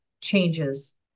changes